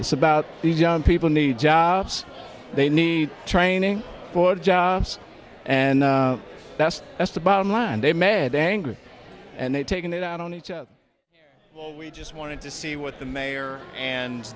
it's about these young people need jobs they need training for jobs and that's that's the bottom line they mad angry and they've taken it out on each we just wanted to see what the mayor and